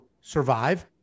survive